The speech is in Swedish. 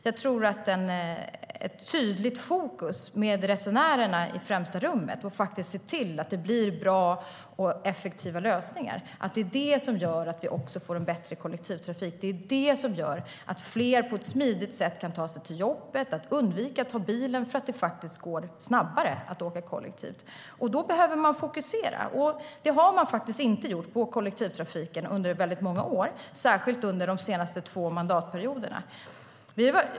Jag tror att ett tydligt fokus på resenärerna och på att se till att det blir bra och effektiva lösningar är det som gör att vi också får en bättre kollektivtrafik och att fler på ett smidigt sätt kan ta sig till jobbet - att de undviker att ta bilen därför att det faktiskt går snabbare att åka kollektivt. Då behöver man fokusera, och det har man faktiskt inte gjort på kollektivtrafiken under många år, särskilt inte under de senaste två mandatperioderna.